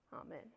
Amen